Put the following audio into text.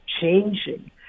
changing